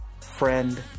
Friend